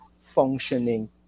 functioning